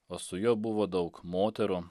o su juo buvo daug moterų